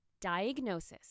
Diagnosis